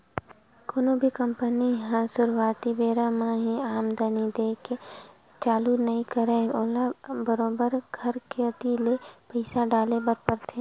कोनो भी कंपनी ह सुरुवाती बेरा म ही आमदानी देय के चालू नइ करय ओला बरोबर घर कोती ले पइसा डाले बर परथे